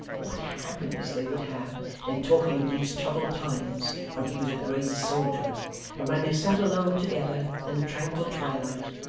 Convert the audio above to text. what happiness they would have in talking of these troubled times when he was a great soldier and when they sat alone together in the tranquil twilight,